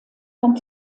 vom